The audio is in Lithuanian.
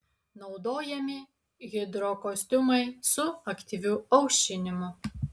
naudojami hidrokostiumai su aktyviu aušinimu